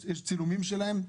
יש צילומים שלהם,